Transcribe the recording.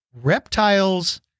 Reptiles